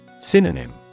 Synonym